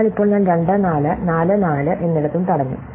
അതിനാൽ ഇപ്പോൾ ഞാൻ 24 44 എന്നിടത്തും തടഞ്ഞു